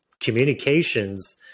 communications